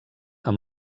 amb